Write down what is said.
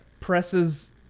presses